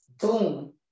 boom